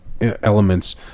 elements